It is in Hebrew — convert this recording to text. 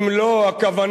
אם לא הכוונה,